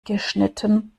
geschnitten